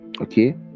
okay